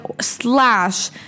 slash